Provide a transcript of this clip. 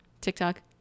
TikTok